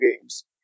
games